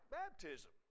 baptism